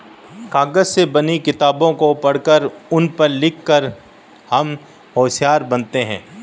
कागज से बनी किताबों को पढ़कर उन पर लिख कर हम होशियार बनते हैं